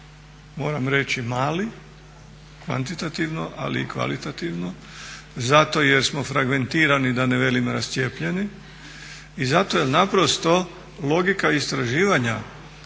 moram reći mali, kvantitativno ali i kvalitativno zato jer smo fragmentirani da ne velim rascijepljeni i zato je naprosto logika istraživanja